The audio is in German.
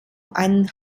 einen